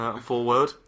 Forward